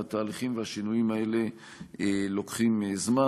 והתהליכים והשינויים האלה לוקחים זמן.